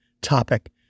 topic